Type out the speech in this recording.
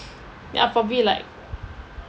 then I'll probably like